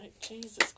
Jesus